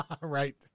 right